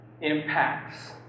impacts